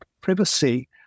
privacy